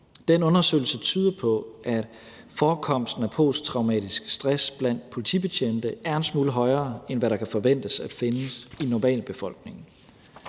den undersøgelse tyder det på, at forekomsten af posttraumatisk stress blandt politibetjente er en smule højere, end hvad man kan forvente at se den er i normalbefolkningen.